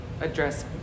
Address